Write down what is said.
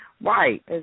right